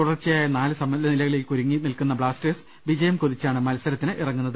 തുടർച്ചയായ നാല് സമനിലകളിൽ കുരുങ്ങി നിൽക്കുന്ന ബ്ലാസ്റ്റേഴ്സ് വിജയം കൊതിച്ചാണ് മത്സരത്തിനിറങ്ങുന്നത്